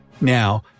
Now